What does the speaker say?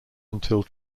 until